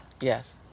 Yes